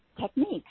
techniques